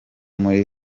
muri